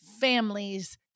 families